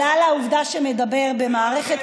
זה רק באילת.